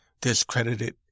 discredited